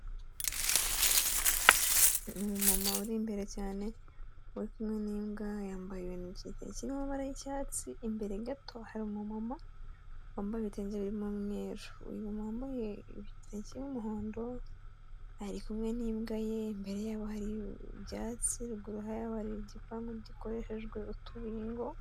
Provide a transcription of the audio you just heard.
Umumama uri imbere cyane, uri kumwe n'imbwa, yambaye igitenge kirimo amabara y'icyatsi, imbere gato hari umumama wambaye ibitenge birimo umweru. Uyu mumama wambaye igitenge kirimo umuhondo, ari kumwe n'imbwa ye, imbere yabo hari ibyatsi, ruguru yaho hari igipangu gikoreshejwe utubingo.